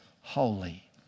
holy